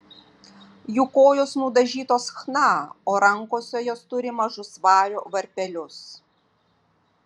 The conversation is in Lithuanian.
jų kojos nudažytos chna o rankose jos turi mažus vario varpelius